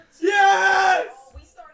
Yes